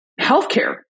healthcare